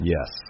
Yes